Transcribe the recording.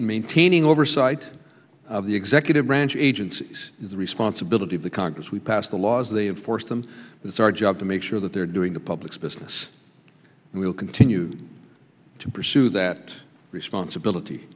maintaining oversight of the executive branch agencies is the responsibility of the congress we pass the laws they have forced them it's our job to make sure that they're doing the public's business and we'll continue to pursue that responsibility